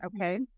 Okay